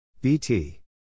BT